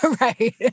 right